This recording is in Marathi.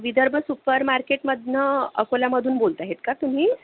विदर्भ सुपर मार्केटमधनं अकोल्यामधून बोलत आहेत का तुम्ही